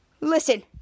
listen